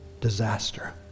disaster